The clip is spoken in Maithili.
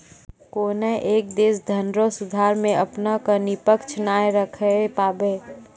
कोनय एक देश धनरो सुधार मे अपना क निष्पक्ष नाय राखै पाबै